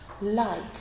light